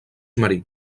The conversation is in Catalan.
marí